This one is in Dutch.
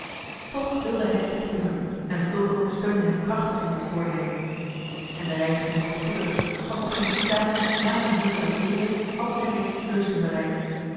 toch wilde hij het beproeven en fulco steunde hem krachtig in dat voornemen en de reis ging voorspoedig want nog geen drie dagen na hunne vlucht uit veere hadden zij reeds heusden bereikt